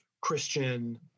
Christian